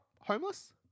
homeless